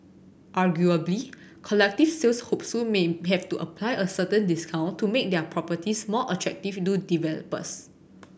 arguably collective sales hopefuls may have to apply a certain discount to make their properties more attractive to developers